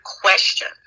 question